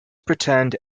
pretend